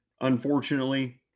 unfortunately